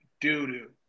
Doo-doo